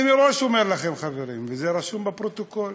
אני מראש אומר לכם חברים, וזה רשום בפרוטוקול,